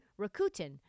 Rakuten